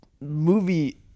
movie